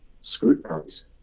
scrutinize